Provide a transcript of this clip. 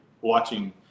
watching